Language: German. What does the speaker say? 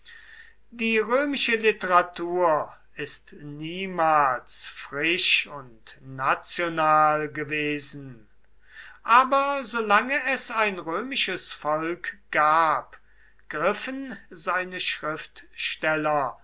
die römische literatur ist niemals frisch und national gewesen aber solange es ein römisches volk gab griffen seine schriftsteller